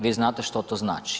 Vi znate što to znači.